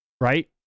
right